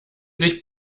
dich